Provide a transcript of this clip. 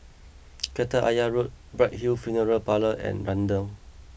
Kreta Ayer Road Bright Hill Funeral Parlour and Renjong